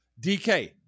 DK